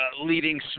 leading